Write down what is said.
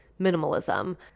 minimalism